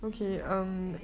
um okay